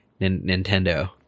nintendo